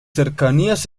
cercanías